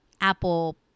Apple